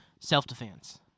self-defense